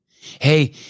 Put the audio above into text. Hey